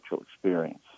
experience